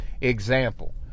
Example